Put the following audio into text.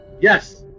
Yes